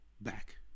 back